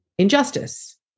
injustice